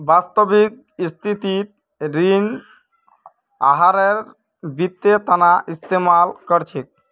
वास्तविक स्थितित ऋण आहारेर वित्तेर तना इस्तेमाल कर छेक